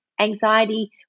anxiety